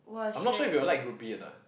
I'm not sure if you will like group B or not